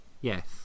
Yes